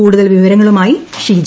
കൂടുതൽ വിവരങ്ങളുമായി ഷീജ